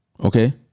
okay